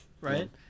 right